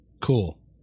Cool